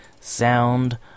Sound